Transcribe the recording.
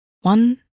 One